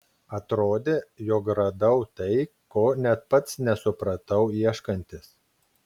atrodė jog radau tai ko net pats nesupratau ieškantis